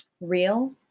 real